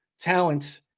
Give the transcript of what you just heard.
talent